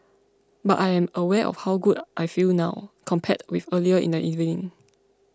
but I am aware of how good I feel now compared with earlier in the evening